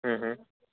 હ હ